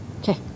Okay